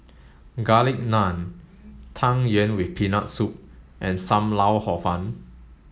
garlic naan tang yuen with peanut soup and Sam Lau Hor Fun